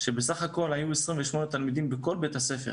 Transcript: ובסך הכול היו 28 תלמידים בכל בית הספר,